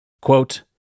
Quote